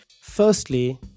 Firstly